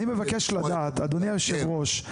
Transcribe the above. אדוני היושב-ראש,